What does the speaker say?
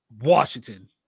Washington